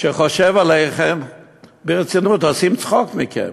שחושב עליכם ברצינות, עושים צחוק מכם.